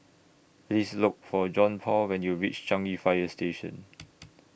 Please Look For Johnpaul when YOU REACH Changi Fire Station